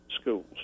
schools